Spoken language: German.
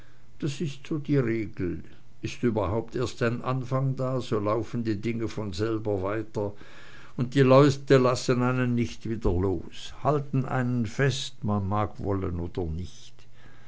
das ist so die regel ist überhaupt erst ein anfang da so laufen die dinge von selber weiter und die leute lassen einen nicht wieder los halten einen fest man mag wollen oder nicht